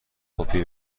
کپی